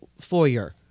foyer